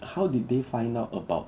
how did they find out about